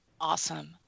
Awesome